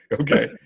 Okay